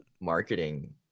marketing